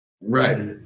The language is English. Right